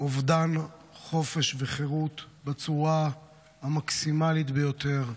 אובדן חופש וחירות בצורה המקסימלית ביותר.